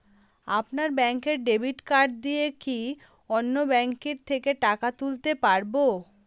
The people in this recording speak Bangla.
আপনার ব্যাংকের ডেবিট কার্ড দিয়ে কি অন্য ব্যাংকের থেকে টাকা তুলতে পারবো?